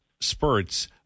spurts